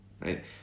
right